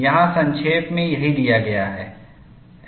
यहाँ संक्षेप में यही दिया गया है